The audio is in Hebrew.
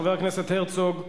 חבר הכנסת יצחק הרצוג,